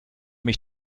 mich